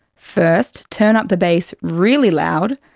first turn up the bass really loud,